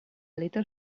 little